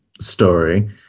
story